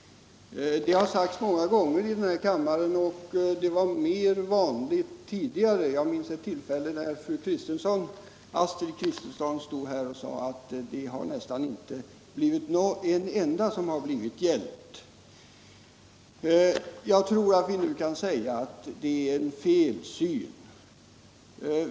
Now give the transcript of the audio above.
Det har sagts många gånger i kammaren, även om det var mer vanligt tidigare. Jag minns ett tillfälle då Astrid Kristensson stod här och sade att nästan inte en enda narkotikamissbrukare blivit hjälpt. Jag tror att vi nu kan konstatera att det är en felsyn.